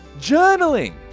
journaling